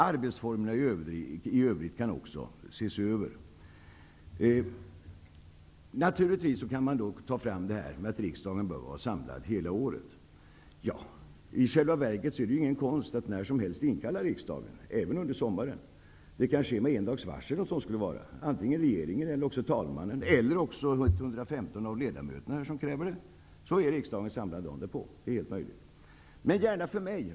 Arbetsformerna i övrigt kan också ses över. Naturligtvis kan man ta fram argumentet att riksdagen bör vara samlad hela året. Men i själva verket är det ingen konst att när som helst inkalla riksdagen, även under sommaren. Det kan ske med en dags varsel, om så skulle behövas. Om regeringen eller talmannen, eller också 115 ledamöter, kräver att riksdagen skall samlas, är riksdagen samlad nästa dag. Detta är fullt möjligt.